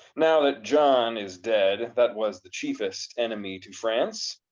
now that john is dead, that was the chiefest enemy to france,